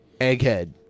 Egghead